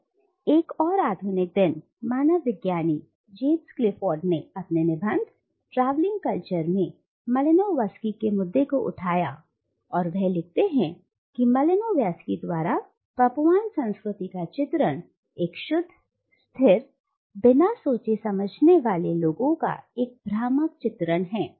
खैर एक और आधुनिक दिन मानव विज्ञानी जेम्स क्लिफोर्ड ने अपने निबंध " ट्रैवलिंग कल्चर" में मालिनोवस्की के मुद्दे को उठाया और वह लिखते हैं कि मालिनोव्स्की द्वारा पपुआन संस्कृति का चित्रण एक शुद्ध स्थिर बिना सोचने समझने वाले लोगों का एक भ्रामक चित्रण है